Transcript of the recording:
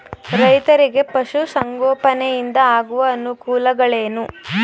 ರೈತರಿಗೆ ಪಶು ಸಂಗೋಪನೆಯಿಂದ ಆಗುವ ಅನುಕೂಲಗಳೇನು?